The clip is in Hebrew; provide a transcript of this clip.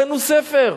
קנו ספר.